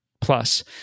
plus